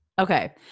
Okay